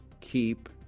keep